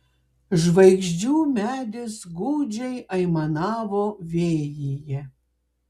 žvaigždžių medis gūdžiai aimanavo vėjyje